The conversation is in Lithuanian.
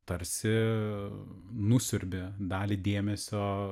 tarsi nusiurbi dalį dėmesio